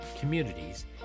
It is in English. communities